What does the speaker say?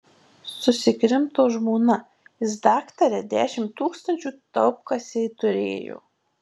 susikrimto žmona jis daktare dešimt tūkstančių taupkasėj turėjo